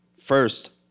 first